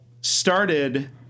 started